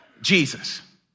Jesus